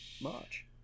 March